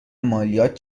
مالیات